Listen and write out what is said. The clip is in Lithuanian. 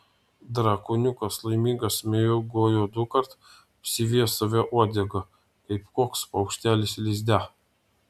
drakoniukas laimingas miegojo dukart apsivijęs save uodega kaip koks paukštelis lizde